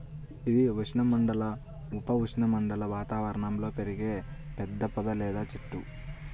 ఇది ఉష్ణమండల, ఉప ఉష్ణమండల వాతావరణంలో పెరిగే పెద్ద పొద లేదా చెట్టు